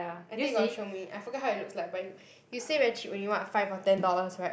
I think you got show me I forgot how it looks like but you you say very cheap only what five or ten dollars [right]